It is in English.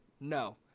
No